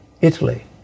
Italy